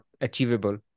achievable